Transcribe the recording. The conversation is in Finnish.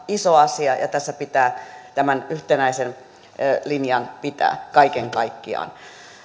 iso asia ja tässä pitää tämän yhtenäisen linjan pitää kaiken kaikkiaan